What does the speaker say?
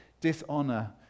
dishonor